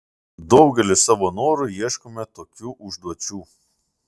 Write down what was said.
daugelis savo noru ieškome tokių užduočių